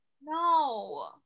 No